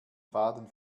faden